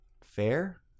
fair